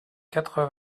quatre